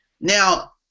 Now